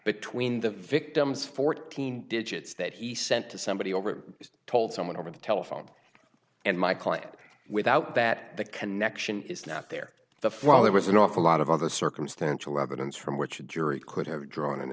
between the victims fourteen digits that he sent to somebody over told someone over the telephone and my client without that the connection is not there the file there was an awful lot of all the circumstantial evidence from which a jury could have drawn an